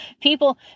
People